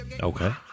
Okay